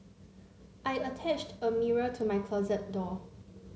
I attached a mirror to my closet door